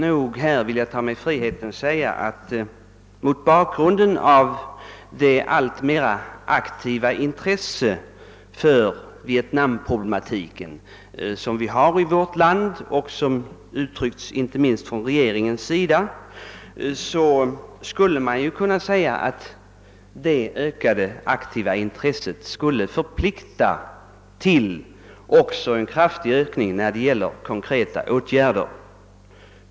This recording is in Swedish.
Jag tar mig friheten att mot den bakgrunden säga, att det alltmera aktiva intresset för vietnamproblematiken här i vårt land — som man givit uttryck för inte minst från regeringens sida — väl kan förplikta till också en kraftig ökning av de konkreta åtgärderna.